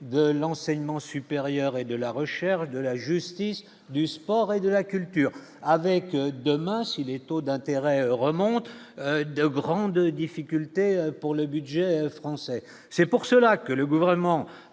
de l'enseignement supérieur et de la recherche de la justice, du sport et de la culture avec demain, si les taux d'intérêt remontent de grandes difficultés pour le budget français, c'est pour cela que le gouvernement